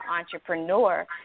entrepreneur